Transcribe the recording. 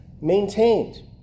maintained